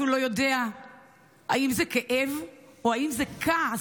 אתה אפילו לא יודע אם זה כאב או אם זה כעס,